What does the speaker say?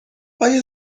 آیا